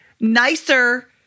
nicer